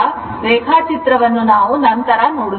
ಈಗ ರೇಖಾಚಿತ್ರವನ್ನು ನಾವು ನಂತರ ನೋಡುತ್ತೇವೆ